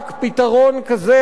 רק פתרון כזה,